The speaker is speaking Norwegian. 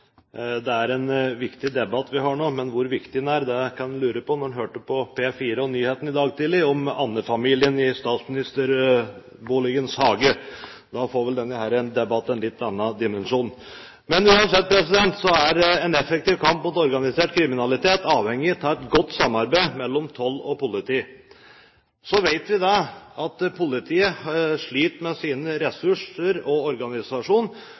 lure på da man hørte på P4-nyhetene i dag tidlig, om andefamilien i statsministerboligens hage. Da får vel denne debatten en litt annen dimensjon. Men uansett er en effektiv kamp mot organisert kriminalitet avhengig av et godt samarbeid mellom toll og politi. Så vet vi at politiet sliter med sine ressurser og sin organisasjon,